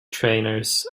trainers